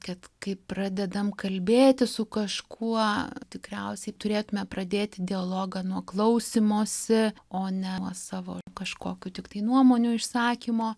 kad kai pradedam kalbėti su kažkuo tikriausiai turėtume pradėti dialogą nuo klausymosi o ne savo kažkokių tiktai nuomonių išsakymo